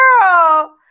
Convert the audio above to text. girl